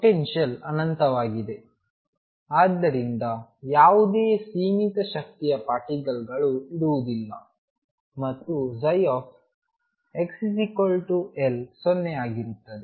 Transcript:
potential ಅನಂತವಾಗಿದೆ ಮತ್ತು ಆದ್ದರಿಂದ ಯಾವುದೇ ಸೀಮಿತ ಶಕ್ತಿಯ ಪಾರ್ಟಿಕಲ್ಗಳು ಇರುವುದಿಲ್ಲ ಮತ್ತು xL0 ಆಗಿರುತ್ತದೆ